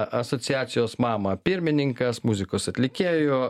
asociacijos mama pirmininkas muzikos atlikėjų